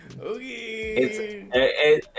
Okay